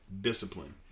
Discipline